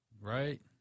Right